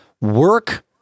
work